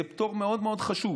זה פטור מאוד מאוד חשוב,